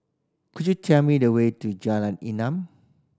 could you tell me the way to Jalan Enam